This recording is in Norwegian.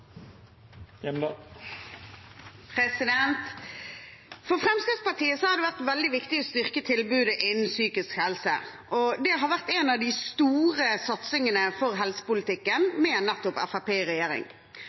For Fremskrittspartiet har det vært veldig viktig å styrke tilbudet innen psykisk helse. Det har vært en av de store satsingene for